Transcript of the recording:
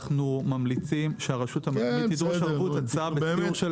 אנחנו ממליצים שהרשות המקומית תדרוש ערבות הצעה בשיעור של